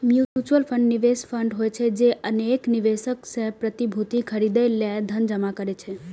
mutual fund निवेश fund होइ छै, जे अनेक निवेशक सं प्रतिभूति खरीदै लेल धन जमा करै छै